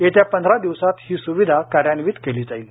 येत्या पंधरा दिवसांत ही स्विधा कार्यान्वित केली जाईल